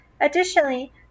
Additionally